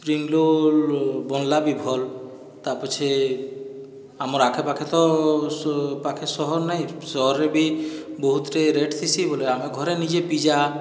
spring roll ବନଲା ବି ଭଲ୍ ତା ପଛେ ଆମର ଆଖେ ପାଖେ ତ ସ ପାଖେ ସହର ନାଇଁ ସହରରେ ବି ବହୁତଟେ ରେଟଥିସି ବୋଲେ ଆମେ ଘରେ ନିଜେ ପିଜା